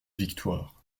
victoire